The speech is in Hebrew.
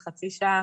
חצי שעה